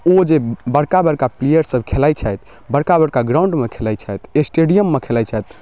ओ जे बड़का बड़का प्लेअरसब खेलाइ छथि बड़का बड़का ग्राउण्डमे खेलाइ छथि स्टेडियममे खेलाइ छथि